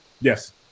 Yes